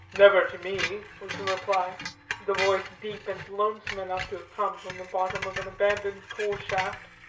never to me, was the reply the voice deep and lonesome enough to have come from the bottom of an abandoned coal-shaft.